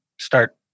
start